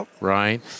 right